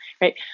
Right